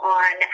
on